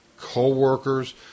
co-workers